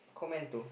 comment to